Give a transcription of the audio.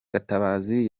gatabazi